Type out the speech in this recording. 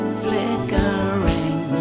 flickering